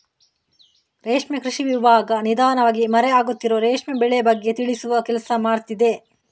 ರೇಷ್ಮೆ ಕೃಷಿ ವಿಭಾಗ ನಿಧಾನವಾಗಿ ಮರೆ ಆಗುತ್ತಿರುವ ರೇಷ್ಮೆ ಬೆಳೆ ಬಗ್ಗೆ ತಿಳಿಸುವ ಕೆಲ್ಸ ಮಾಡ್ತಿದೆ